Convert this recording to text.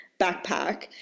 backpack